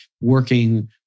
working